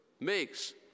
makes